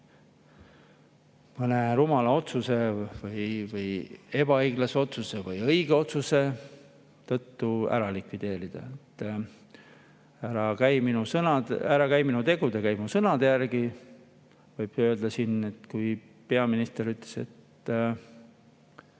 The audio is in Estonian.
mõne rumala otsuse või ebaõiglase otsuse või õige otsuse tõttu ära likvideerida. "Ära käi minu tegude, käi mu sõnade järgi," võib ju siin öelda. Kui peaminister ütles, et